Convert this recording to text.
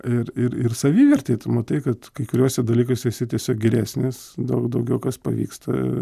ir ir ir savivertei tu matai kad kai kuriuose dalykuose esi tiesiog geresnis daug daugiau kas pavyksta